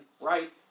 right